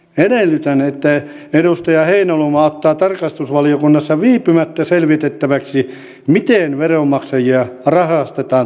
edellytän että edustaja heinäluoma ottaa talousvaliokunnassa viipymättä selvitettäväksi miten veronmaksajia rahastetaan tällä touhulla